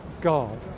God